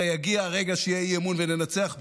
הרי יגיע הרגע שיהיה אי-אמון וננצח בו.